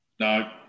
No